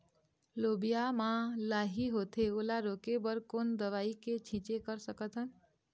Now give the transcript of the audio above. लोबिया मा लाही होथे ओला रोके बर कोन दवई के छीचें कर सकथन?